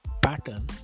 pattern